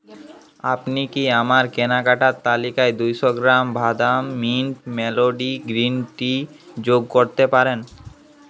আপনি কি আমার কেনাকাটার তালিকায় দুইশো গ্রাম বাদাম মিন্ট মেলোডি গ্রিন টি যোগ করতে পারেন